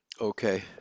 Okay